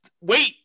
wait